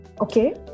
Okay